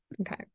Okay